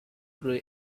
grey